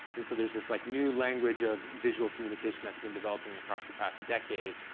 and so there's this like new language of visual communication that's been developing across the past decade,